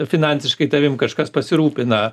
finansiškai tavim kažkas pasirūpina